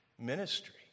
ministry